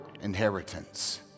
inheritance